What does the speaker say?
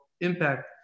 impact